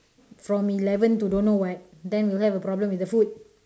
from eleven to don't know what then you have a problem with the food